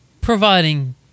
providing